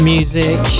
Music